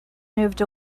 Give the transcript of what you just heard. moved